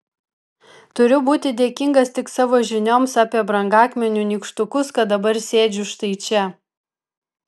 turiu būti dėkingas tik savo žinioms apie brangakmenių nykštukus kad dabar sėdžiu štai čia